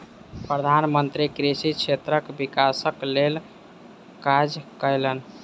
प्रधान मंत्री कृषि क्षेत्रक विकासक लेल काज कयलैन